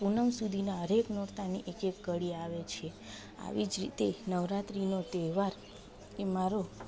પૂનમ સુધીના હરએક નોરતાની એક એક કળી આવે છે આવી જ રીતે નવરાત્રીનો તહેવાર એ મારો